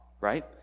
right